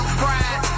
fried